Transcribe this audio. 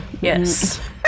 Yes